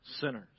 sinners